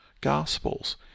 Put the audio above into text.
Gospels